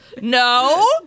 no